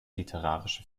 literarische